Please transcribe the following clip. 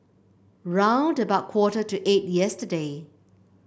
round about quarter to eight yesterday